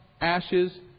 ashes